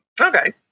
okay